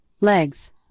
Legs